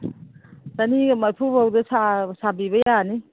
ꯆꯥꯅꯤꯒ ꯃꯔꯤꯐꯨ ꯐꯥꯎꯗ ꯁꯥꯕꯤꯕ ꯌꯥꯅꯤ